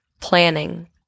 planning